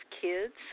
kids